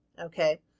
Okay